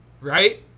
Right